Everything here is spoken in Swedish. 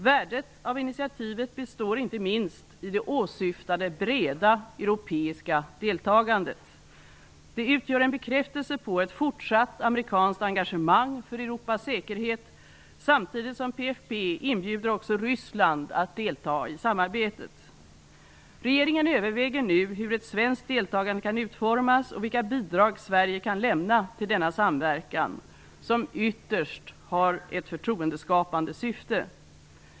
Värdet av initiativet består inte minst i det åsyftade breda europeiska deltagandet. Det utgör en bekräftelse på ett fortsatt amerikanskt engagemang för Europas säkerhet, samtidigt som PFP inbjuder också Ryssland att delta i samarbetet. Regeringen överväger nu hur ett svenskt deltagande kan utformas och vilka bidrag Sverige kan lämna till denna samverkan, som ytterst har ett förtroendeskapande syfte.